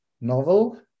Novel